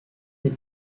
des